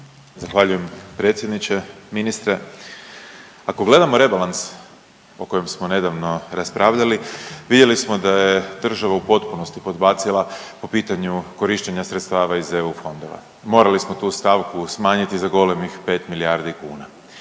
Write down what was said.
Zahvaljujem predsjedniče. Ministre, ako gledamo rebalans u kojem smo nedavno raspravljali, vidjeli smo da je država u potpunosti podbacila po pitanju korištenja sredstva iz EU fondova. Morali smo tu stavku smanjiti za golemih 5 milijardi kuna.